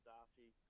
Darcy